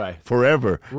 forever